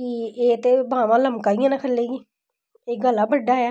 कि एह् ते बाह्मां लमका दियां न ख'ल्ले गी एह् गला बड्डा ऐ